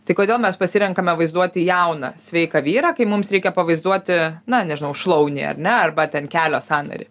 tai kodėl mes pasirenkame vaizduoti jauną sveiką vyrą kai mums reikia pavaizduoti na nežinau šlaunį ar ne arba ten kelio sąnarį